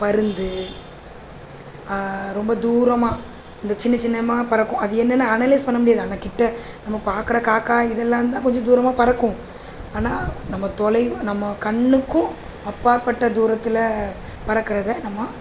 பருந்து ரொம்ப தூரமாக இந்த சின்ன சின்னம்மாக பறக்கும் அது என்னன்னு அனலைஸ் பண்ண முடியாது அந்த கிட்டே நம்ம பார்க்குற காக்கா இதெல்லாம்தான் கொஞ்சம் தூரமாக பறக்கும் ஆனால் நம்ம தொலை நம்ம கண்ணுக்கும் அப்பாற்பட்ட தூரத்தில் பறக்கிறத நம்ம